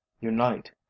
unite